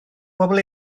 bobl